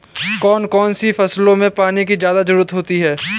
कौन कौन सी फसलों में पानी की ज्यादा ज़रुरत होती है?